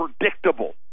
predictable